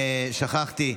שכחתי,